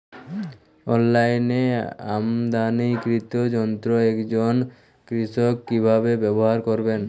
অনলাইনে আমদানীকৃত যন্ত্র একজন কৃষক কিভাবে ব্যবহার করবেন?